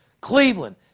Cleveland